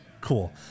Cool